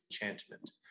enchantment